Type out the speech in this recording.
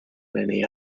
many